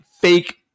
fake